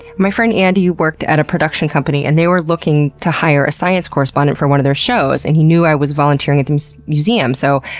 my friend andy worked at a production company, and they were looking to hire a science correspondent for one of their shows, and he knew i was volunteering at the museum. so,